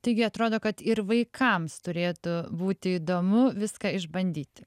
taigi atrodo kad ir vaikams turėtų būti įdomu viską išbandyti